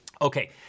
Okay